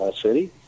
city